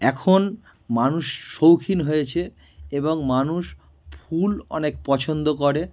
এখন মানুষ শৌখিন হয়েছে এবং মানুষ ফুল অনেক পছন্দ করে